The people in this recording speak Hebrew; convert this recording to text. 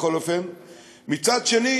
ומצד אחר,